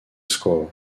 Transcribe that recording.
score